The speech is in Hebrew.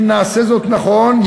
אם נעשה זאת נכון,